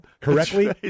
correctly